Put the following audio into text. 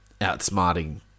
outsmarting